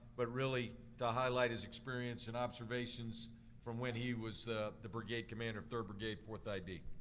but really to highlight his experience and observations from when he was the the brigade commander of third brigade, fourth id.